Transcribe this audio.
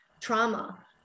trauma